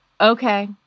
okay